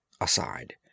Aside